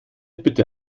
bitte